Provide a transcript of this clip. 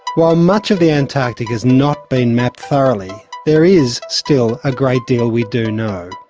while much of the antarctic has not been mapped thoroughly, there is still a great deal we do know.